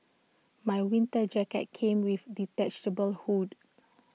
my winter jacket came with detachable hood